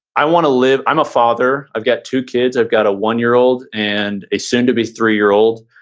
i wanna live, i'm a father, i've got two kids, i've got a one-year-old and a soon to be three-year-old.